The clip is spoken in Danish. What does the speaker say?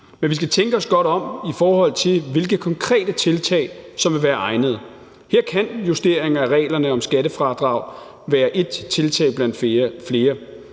Men vi skal tænke os godt om, i forhold til hvilke konkrete tiltag der vil være egnede. Her kan justeringer af reglerne om skattefradrag være ét tiltag blandt flere.